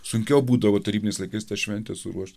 sunkiau būdavo tarybiniais laikais tą šventę suruošt